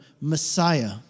Messiah